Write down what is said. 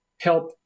help